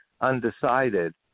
undecided